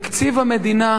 תקציב המדינה,